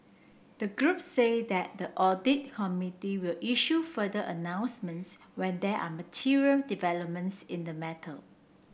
the group said that the audit committee will issue further announcements when there are material developments in the matter